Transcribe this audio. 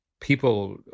People